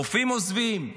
רופאים עוזבים,